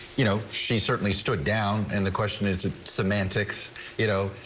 you know she certainly stood down and the question is it semantics you know